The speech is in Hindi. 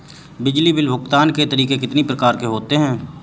बिजली बिल भुगतान के तरीके कितनी प्रकार के होते हैं?